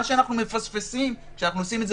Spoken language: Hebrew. מה שאנחנו מפספסים כשאנחנו עושים את זה